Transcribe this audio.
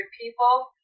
people